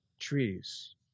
trees